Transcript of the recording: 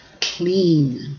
clean